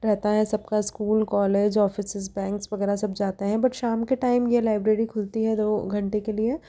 रहता है सबका स्कूल कॉलेज ऑफिसेज़ बैंक्स वगैरह सब जाते हैं बट शाम के टाइम ये लाइब्रेरी खुलती है दो घंटे के लिए